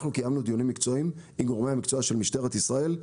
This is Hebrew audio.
אנחנו קיימנו דיונים מקצועיים עם גורמי המקצוע של משטרת ישראל,